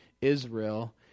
Israel